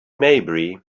maybury